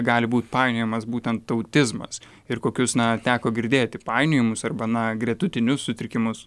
gali būt painiojamas būtent autizmas ir kokius na teko girdėti painiojimus arba na gretutinius sutrikimus